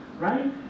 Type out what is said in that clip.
Right